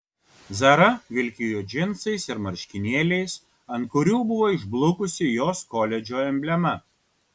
zara vilkėjo džinsais ir marškinėliais ant kurių buvo išblukusi jos koledžo emblema